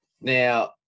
Now